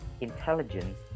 intelligence